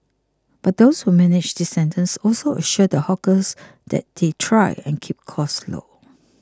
but those who manage these centres also assure the hawkers that they'll try and keep costs low